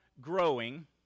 growing